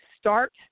start